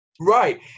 Right